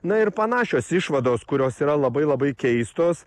na ir panašios išvados kurios yra labai labai keistos